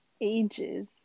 Ages